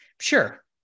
Sure